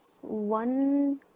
one